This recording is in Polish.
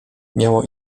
miało